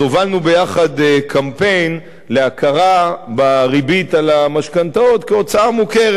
הובלנו יחד קמפיין להכרה בריבית על המשכנתאות כהוצאה מוכרת.